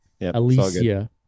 Alicia